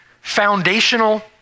foundational